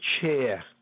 chair